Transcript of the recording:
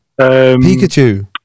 Pikachu